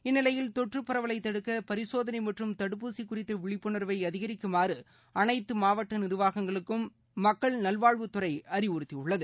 இந்நிலையில் தொற்றுப் பரவலை தடுக்க பரிசோதனை மற்றும் தடுப்பூசி குறித்த விழிப்புணர்வை அதிகரிக்குமாறு அனைத்து மாவட்ட நிர்வாகங்களுக்கும் மக்கள் நல்வாழ்வுத்துறை அறிவுறுத்தியுள்ளது